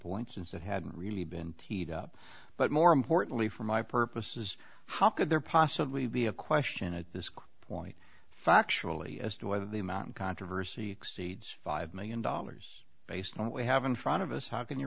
point since it hadn't really been teed up but more importantly for my purposes how could there possibly be a question at this point factually as to whether the amount of controversy exceeds five million dollars based on what we have in front of us how can you